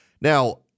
Now